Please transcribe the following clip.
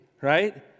right